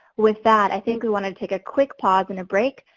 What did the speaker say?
with that, i think we want to take a quick pause and a break,